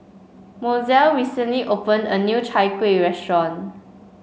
Mozell recently opened a new Chai Kueh restaurant